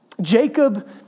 Jacob